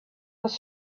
was